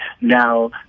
now